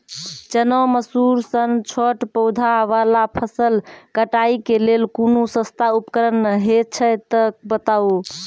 चना, मसूर सन छोट पौधा वाला फसल कटाई के लेल कूनू सस्ता उपकरण हे छै तऽ बताऊ?